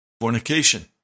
fornication